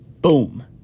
Boom